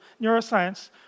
neuroscience